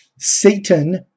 Satan